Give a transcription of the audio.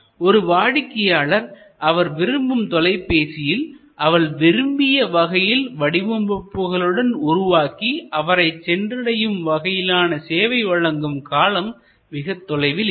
ஒரு வாடிக்கையாளர் அவர் விரும்பும் தொலைபேசியில் அவர் விரும்பிய வகையில் வடிவமைப்புகளுடன் உருவாக்கி அவரைச் சென்றடையும் வகையிலான சேவை வழங்கும் காலம் மிகத் தொலைவில் இல்லை